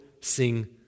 sing